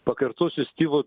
pakartosiu stivo